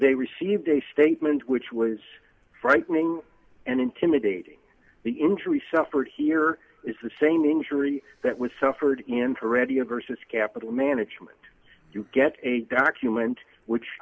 they received a statement which was frightening and intimidating the injury suffered here is the same injury that was suffered in ferretti a versus capital management you get a document which